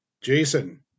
Jason